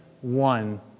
one